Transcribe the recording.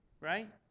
right